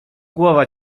głowa